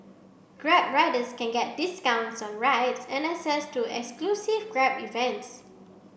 grab riders can get discounts on rides and access to exclusive grab events